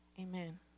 Amen